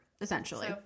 essentially